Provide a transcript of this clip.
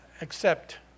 accept